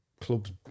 Clubs